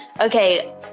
okay